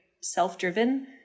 self-driven